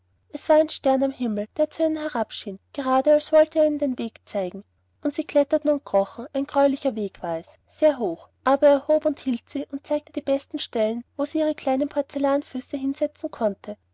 es war ein stern am himmel der zu ihnen herabschien gerade als wollte er ihnen den weg zeigen und sie kletterten und krochen ein greulicher weg war es sehr hoch aber er hob und hielt sie und zeigte die besten stellen wo sie ihre kleinen porzellanfüße hinsetzen konnten